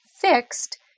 fixed